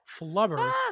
Flubber